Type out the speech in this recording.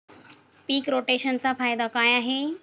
पीक रोटेशनचा फायदा काय आहे?